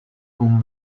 con